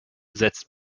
setzt